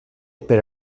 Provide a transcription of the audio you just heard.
per